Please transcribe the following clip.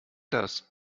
das